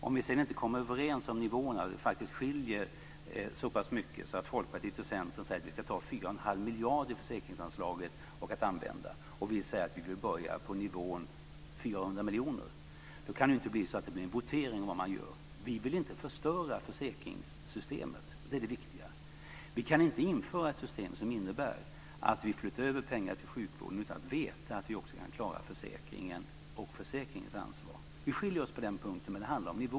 Om vi sedan inte kommer överens om nivåerna och det faktiskt skiljer så pass mycket att Folkpartiet och Centern säger att vi ska ta 41⁄2 miljard ur försäkringsanslaget och använda dem och vi säger att vi vill börja på nivån 400 miljoner kan det inte bli en votering om vad man gör. Det är det viktiga.